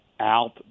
out